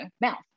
mouth